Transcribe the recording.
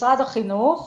החינוך,